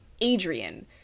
Adrian